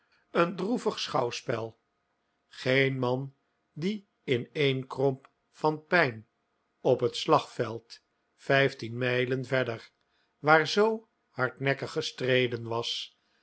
een droevig schouwspel geen man die ineenkromp van pijn op het slagveld vijftien mijlen verder waar zoo hardnekkig gestreden was